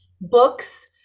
books